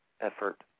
effort